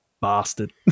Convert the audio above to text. bastard